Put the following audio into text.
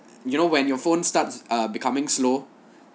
you know when your phone starts ah becoming slow